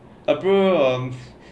அப்புறம்:appuram um